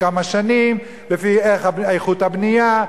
לפי איכות הבנייה,